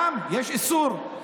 גם, יש איסור.